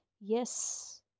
yes